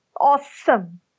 Awesome